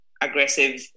aggressive